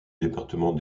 département